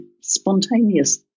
spontaneous